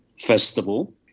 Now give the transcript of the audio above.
festival